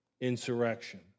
insurrection